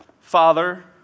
Father